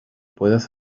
puedas